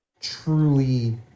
truly